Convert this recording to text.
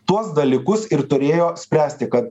tuos dalykus ir turėjo spręsti kad